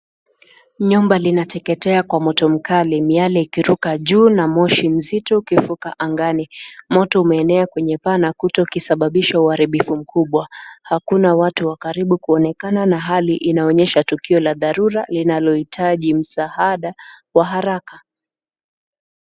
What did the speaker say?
Nyumba linateketea kwa moto mkali miale ikiruka juu na moshi mzito ukifuka angani. Moto umeenea kwenye paa na kuta ukisababisha uharibifu mkubwa. Hakuna watu wa karibu kuonekana na hali inaonyesha tukio la dharura linalohitaji msaada wa haraka.